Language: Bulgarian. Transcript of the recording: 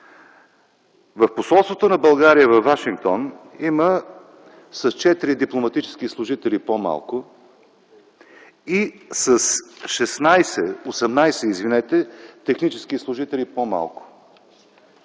В Посолството на България във Вашингтон има с 4 дипломатически служители и с 18 технически служители по-малко.